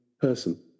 person